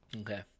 Okay